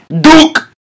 Duke